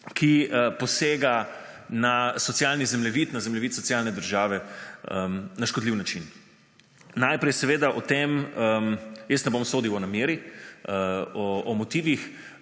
zemljevid, na zemljevid socialne države na škodljiv način. Najprej seveda o tem, jaz ne bom sodil o nameri, o motivih,